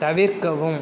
தவிர்க்கவும்